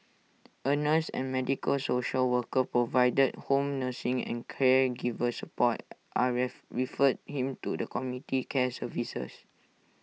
A nurse and medical social worker provided home nursing in caregiver support are referred him to the community care services